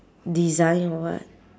design or what